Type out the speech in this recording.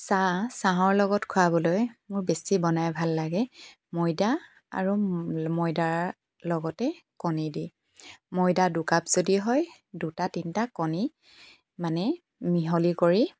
চাহ চাহৰ লগত খুৱাবলৈ মোৰ বেছি বনাই ভাল লাগে ময়দা আৰু ময়দা লগতে কণী দি ময়দা দুকাপ যদি হয় দুটা তিনিটা কণী মানে মিহলি কৰি